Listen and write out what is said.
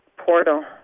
portal